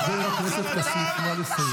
קברנו את הלוחם הזה.